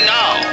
now